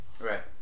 Right